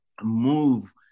move